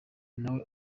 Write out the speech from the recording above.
nawe